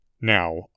Now